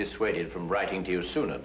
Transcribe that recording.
dissuaded from writing to you sooner